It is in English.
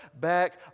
back